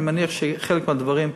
אני מניח שבחלק מהדברים,